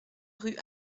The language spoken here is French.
rue